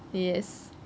yes